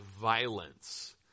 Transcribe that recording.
violence